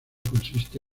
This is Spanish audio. consiste